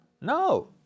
No